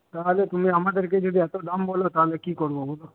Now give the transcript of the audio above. তাহলে তুমি আমাদেরকে যদি এত দাম বলো তাহলে কী করব বলো